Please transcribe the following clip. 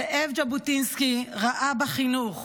זאב ז'בוטינסקי ראה בחינוך